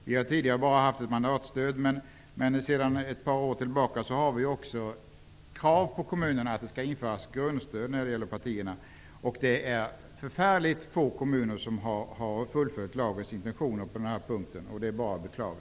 Vi har tidigare bara haft ett mandatstöd. Men sedan ett par år tillbaka ställer vi också krav på kommunerna att införa grundstöd till partierna. Det är förfärligt få kommuner som har fullföljt lagens intentioner på den här punkten, vilket bara är att beklaga.